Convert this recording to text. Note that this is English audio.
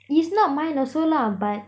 it's not mine also lah but